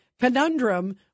conundrum